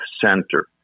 center